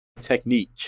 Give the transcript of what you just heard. technique